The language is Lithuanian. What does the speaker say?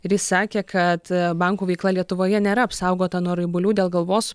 ir jis sakė kad bankų veikla lietuvoje nėra apsaugota nuo raibulių dėl galvos